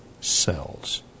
cells